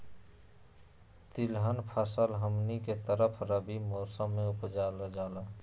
तिलहन फसल हमनी के तरफ रबी मौसम में उपजाल जाला